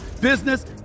business